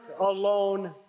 alone